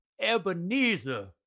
Ebenezer